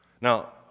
Now